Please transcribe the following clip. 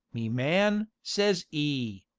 me man says e.